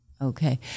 Okay